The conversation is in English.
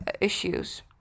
issues